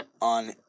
on